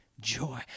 joy